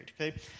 okay